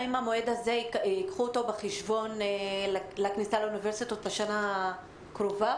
האם ייקחו את המועד הזה בחשבון לכניסה לאוניברסיטאות לשנה הקרובה?